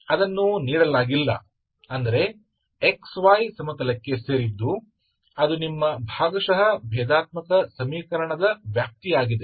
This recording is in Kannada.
ಅದನ್ನು ನೀಡಲಾಗಿಲ್ಲ ಅಂದರೆ x y ಸಮತಲಕ್ಕೆ ಸೇರಿದ್ದು ಅದು ನಿಮ್ಮ ಭಾಗಶಃ ಭೇದಾತ್ಮಕ ಸಮೀಕರಣದ ವ್ಯಾಪ್ತಿ ಆಗಿದೆ